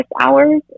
hours